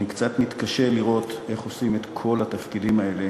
אני קצת מתקשה לראות איך עושים את כל התפקידים האלה